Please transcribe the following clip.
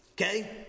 Okay